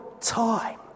time